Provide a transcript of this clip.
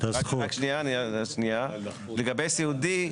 לגבי סיעודי,